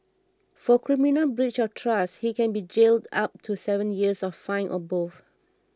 for criminal breach of trust he can be jailed up to seven years or fined or both